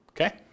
Okay